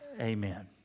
Amen